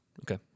Okay